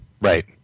right